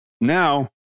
Now